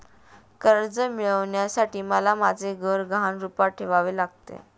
कर्ज मिळवण्यासाठी मला माझे घर गहाण रूपात ठेवावे लागले